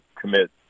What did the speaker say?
commit